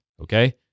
Okay